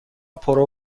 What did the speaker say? پرو